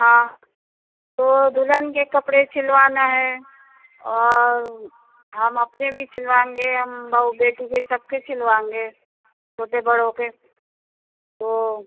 ہاں تو دلہن کے کپڑے چھلوانا ہے اور ہم اپنے بھی چھلوائان گے ہم بو بیٹی کے سب کے چھلوان گے چھوٹے بڑوں کے تو